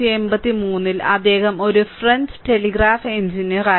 1883 ൽ അദ്ദേഹം ഒരു ഫ്രഞ്ച് ടെലിഗ്രാഫ് എഞ്ചിനീയറായിരുന്നു